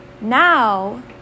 Now